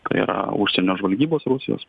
tai yra užsienio žvalgybos rusijos